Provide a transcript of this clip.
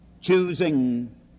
choosing